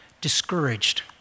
discouraged